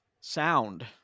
Sound